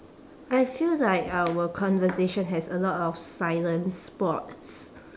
I feel like our conversation has a lot of silent spots